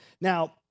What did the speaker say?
Now